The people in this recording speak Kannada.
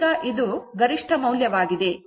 ಈಗ ಇದು ಗರಿಷ್ಠ ಮೌಲ್ಯವಾಗಿದೆ